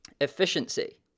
efficiency